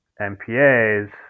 mpas